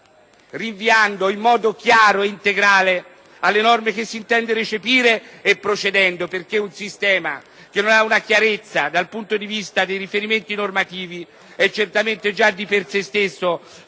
rinviando in modo chiaro e integrale alle norme che si intende recepire e procedendo (perché un sistema che non ha chiarezza dal punto di vista dei riferimenti normativi è certamente di per sé stesso già